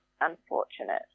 unfortunate